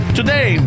Today